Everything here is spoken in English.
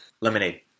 Lemonade